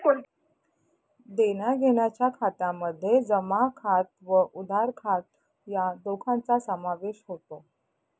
देण्याघेण्याच्या खात्यामध्ये जमा खात व उधार खात या दोघांचा समावेश होतो